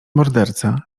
morderca